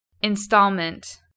Installment